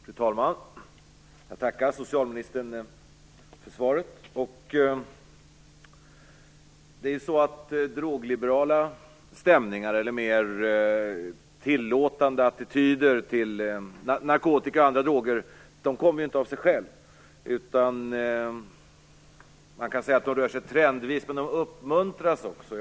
Fru talman! Jag tackar socialministern för svaret. Drogliberala stämningar eller mer tillåtande attityder till narkotika och andra droger kommer inte av sig själv. Man kan säga att de rör sig trendvis, men de uppmuntras också.